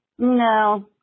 No